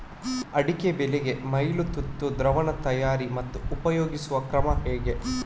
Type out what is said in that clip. ಅಡಿಕೆ ಬೆಳೆಗೆ ಮೈಲುತುತ್ತು ದ್ರಾವಣ ತಯಾರಿ ಮತ್ತು ಉಪಯೋಗಿಸುವ ಕ್ರಮ ಹೇಗೆ?